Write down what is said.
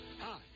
Hi